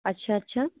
अच्छा अच्छा